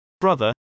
Brother